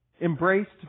embraced